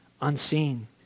unseen